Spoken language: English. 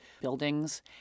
buildings